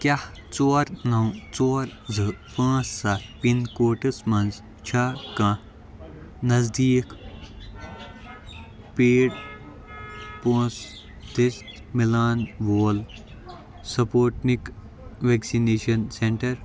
کیٛاہ ژور نَو ژور زٕ پانٛژھ سَتھ پِن کوڈس مَنٛز چھا کانٛہہ نٔزدیٖک پے پۅنٛسہٕ دِتھ میلان وول سُپوٹنِک ویکسِنیٚشن سینٹر